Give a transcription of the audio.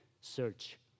search